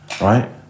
right